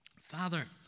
Father